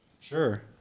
sure